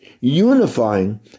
unifying